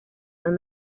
and